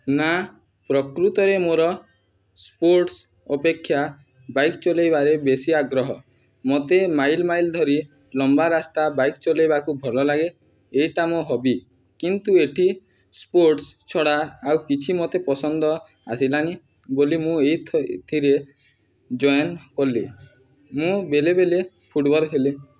ନା ପ୍ରକୃତରେ ମୋର ସ୍ପୋର୍ଟସ୍ ଅପେକ୍ଷା ବାଇକ୍ ଚଲାଇବାରେ ବେଶି ଆଗ୍ରହ ମୋତେ ମାଇଲ୍ ମାଇଲ୍ ଧରି ଲମ୍ବା ରାସ୍ତା ବାଇକ୍ ଚଲାଇବାକୁ ଭଲ ଲାଗେ ଏଇଟା ମୋ ହବି କିନ୍ତୁ ଏଠି ସ୍ପୋର୍ଟସ୍ ଛଡ଼ା ଆଉ କିଛି ମୋତେ ପସନ୍ଦ ଆସିଲାନି ବୋଲି ମୁଁ ଏଇଥିରେ ଜଏନ୍ କଲି ମୁଁ ବେଳେ ବେଳେ ଫୁଟ୍ବଲ୍ ଖେଳେ